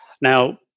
Now